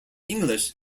english